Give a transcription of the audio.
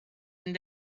and